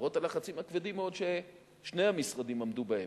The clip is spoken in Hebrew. למרות הלחצים הכבדים מאוד ששני המשרדים עמדו בהם,